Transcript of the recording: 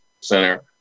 center